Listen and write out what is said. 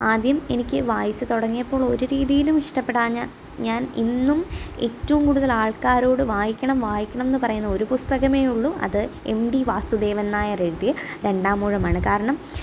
ആദ്യം എനിക്ക് വായിച്ച് തുടങ്ങിയപ്പോൾ ഒരു രീതിയിലും ഇഷ്ടപ്പെടാഞ്ഞത് ഞാൻ ഇന്നും ഏറ്റവും കൂടുതൽ ആൾക്കാരോട് വായിക്കണം വായിക്കണം എന്ന് പറയുന്ന ഒരു പുസ്തകമേ ഉള്ളു അത് എം ടി വാസുദേവൻ നായർ എഴുതിയ രണ്ടാം ഊഴമാണ് കാരണം